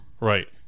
Right